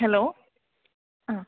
hello ആ